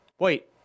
Wait